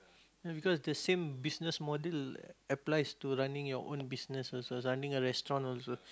no because the same business model applies to running your own business also running a restaurant also